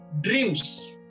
dreams